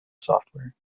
software